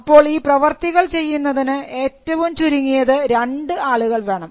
അപ്പോൾ ഈ പ്രവർത്തികൾ ചെയ്യുന്നതിന് ഏറ്റവും ചുരുങ്ങിയത് രണ്ട് ആളുകൾ വേണം